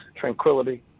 tranquility